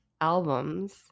albums